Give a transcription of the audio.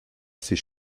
ces